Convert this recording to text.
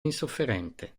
insofferente